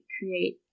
create